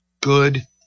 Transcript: Good